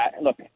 Look